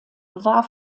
war